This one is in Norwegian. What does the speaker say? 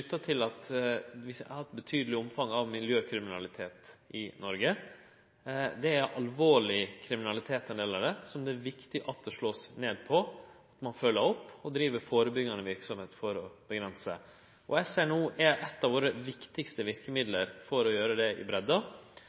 at vi har eit betydeleg omfang av miljøkriminalitet i Noreg. Ein del av det er alvorleg kriminalitet, som det er viktig at det blir slått ned på, at ein følger opp og førebygger. SNO er eit av våre viktigaste verkemiddel for å gjere det i